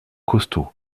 costaud